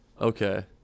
okay